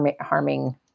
harming